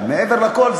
מעבר לכול,